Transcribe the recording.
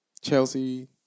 Chelsea